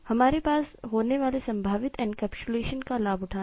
हमारे पास होने वाले संभावित एनकैप्सुलेशन का लाभ उठाना